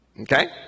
Okay